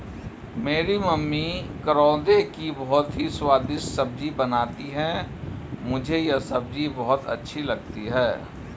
मेरी मम्मी करौंदे की बहुत ही स्वादिष्ट सब्जी बनाती हैं मुझे यह सब्जी बहुत अच्छी लगती है